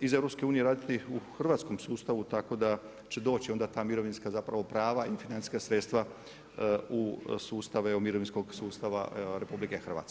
iz EU raditi u hrvatskom sustavu, tako da će doći onda ta mirovinska zapravo prava i financijska sredstva u sustav, mirovinskog sustava RH.